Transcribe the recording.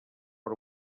per